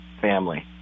family